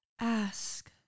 ask